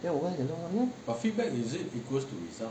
then 我跟她讲说你看